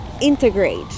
integrate